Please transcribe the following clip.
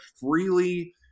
freely